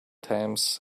times